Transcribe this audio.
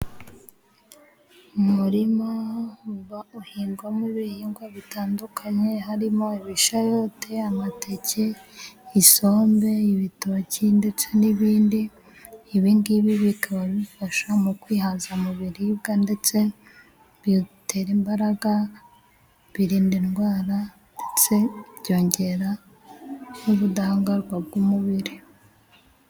Umurima uba uhingwamo ibihingwa bitandukanye. Harimo ibishayoteye, amateke, isombe, ibitoki ndetse n'ibindi. Ibingibi bikaba bifasha mu kwihaza mu biribwa, ndetse bitera imbaraga, birinda indwara, ndetse byongera n'ubudahangarwa bw'umubiri.